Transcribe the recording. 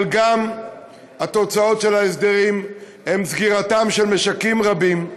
אבל התוצאות של ההסדרים הן גם סגירתם של משקים רבים,